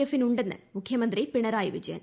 എഫിനുണ്ടെന്ന് മുഖ്യമന്ത്രി പിണറായി വിജയൻ